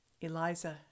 Eliza